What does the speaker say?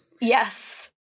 yes